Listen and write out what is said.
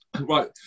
right